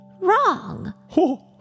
wrong